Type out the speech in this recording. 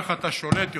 ככה אתה שולט יותר,